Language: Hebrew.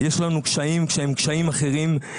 יש לנו קשיים שהם קשיים אחרים,